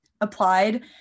applied